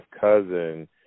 cousin